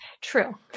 True